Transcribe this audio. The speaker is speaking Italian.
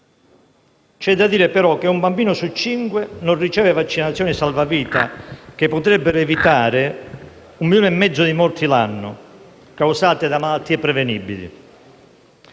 infettive. Però, un bambino su cinque non riceve vaccinazioni salvavita, che potrebbero evitare 1,5 milioni di morti l'anno, causate da malattie prevenibili.